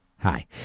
Hi